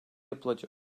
yapılacak